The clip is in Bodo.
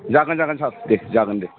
जागोन जागोन सार दे जागोन दे